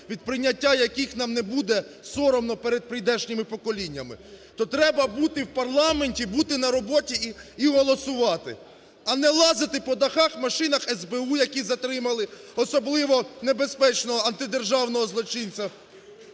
від прийняття яких нам не буде соромно перед прийдешніми поколіннями, то треба бути в парламенті, бути на роботі і голосувати. А не лазити по дахах, машинах СБУ, які затримали особливо небезпечного антидержавного злочинця,